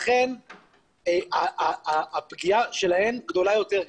לכן הפגיעה שלהן גדולה יותר,